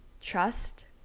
trust